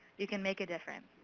you can make a difference.